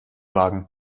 wagen